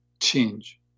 change